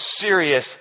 serious